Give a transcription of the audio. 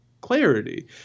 clarity